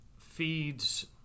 feeds